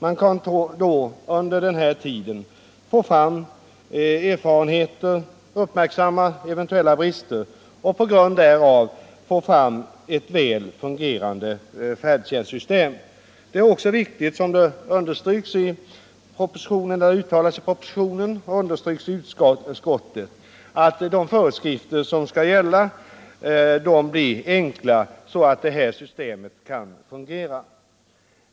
Man kan under denna tid göra erfarenheter, uppmärksamma eventuella brister och på grundval därav få fram ett väl fungerande färdtjänstsystem. Det är också viktigt, som det har uttalats i propositionen och understryks i utskottsbetänkandet, att de föreskrifter som skall gälla blir enkla så att systemet kan fungera.